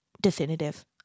definitive